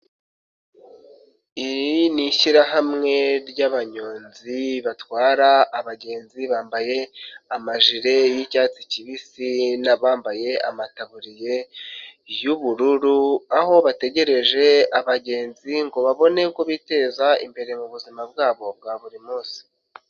Iri ni ishyirahamwe ry'abanyonzi batwara abagenzi bambaye amajire y'icyatsi kibisi n'abambaye amataburiye y'ubururu aho bategereje abagenzi ngo babone uko biteza imbere mu buzima bwabo bwa buri munsi.